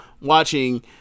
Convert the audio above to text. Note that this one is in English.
watching